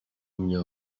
mnie